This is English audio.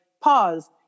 pause